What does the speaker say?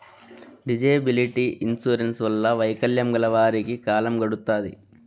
disability insurance వల్ల వైకల్యం గల వారికి కాలం గడుత్తాది